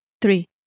three